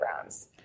rounds